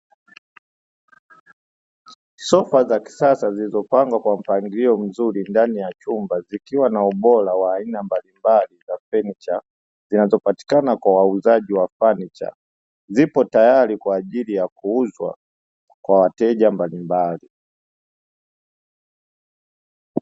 Sofa za kisasa zilizopangwa kwa mpangilio mzuri ndani ya chumba zikiwa na ubora wa aina mbalimbali za fanicha, zinazopatikana kwa wauzaji wa fanicha, zipo tayari kwa ajili ya kuuzwa kwa wateja mbalimbali.